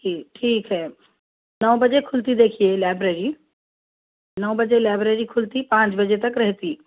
ٹھیک ٹھیک ہے نو بجے کھلتی دیکھیے لائبریری نو بجے لائبریری کھلتی پانچ بجے تک رہتی